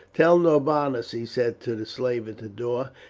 tell norbanus, he said to the slave at the door,